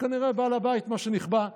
שכנראה בעל הבית החביא.